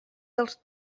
dels